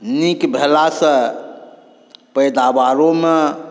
नीक भेलासँ पैदावारोमे